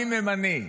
מי ממנה.